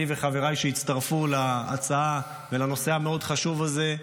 אני וחבריי שהצטרפו להצעה ולנושא המאוד-חשוב הזה,